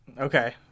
Okay